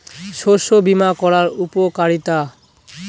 শস্য বিমা করার উপকারীতা?